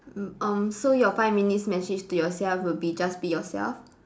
mm um so your five minutes message to yourself would be just be yourself